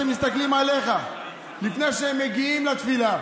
ומסתכלים עליך לפני שהם מגיעים לתפילה.